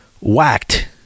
whacked